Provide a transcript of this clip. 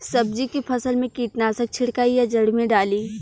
सब्जी के फसल मे कीटनाशक छिड़काई या जड़ मे डाली?